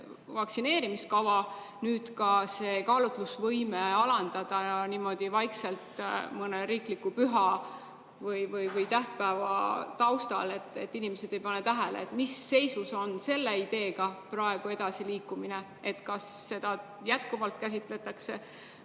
vaktsineerimiskavas, nüüd ka see kaalutlusvõime alandada niimoodi vaikselt mõne riikliku püha või tähtpäeva taustal, et inimesed ei pane tähele? Mis seisus on selle ideega praegu edasiliikumine? Kas seda jätkuvalt käsitletakse